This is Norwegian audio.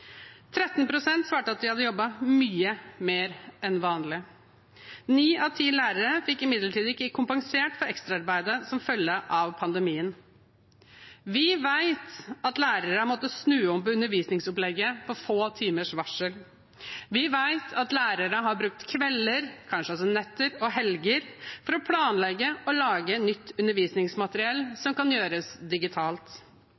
svarte at de hadde jobbet mye mer enn vanlig. Ni av ti lærere fikk imidlertid ikke kompensert for ekstraarbeidet som fulgte av pandemien. Vi vet at lærere har måttet snu om på undervisningsopplegget på få timers varsel. Vi vet at lærere har brukt kvelder – kanskje også netter – og helger for å planlegge og lage nytt undervisningsmateriell